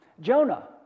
Jonah